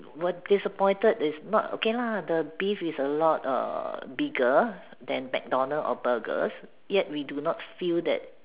were disappointed is not okay lah the beef is a lot err bigger than MacDonald's or burgers yet we do not feel that